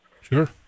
Sure